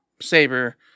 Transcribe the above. saber